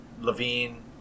Levine